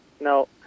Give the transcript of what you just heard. No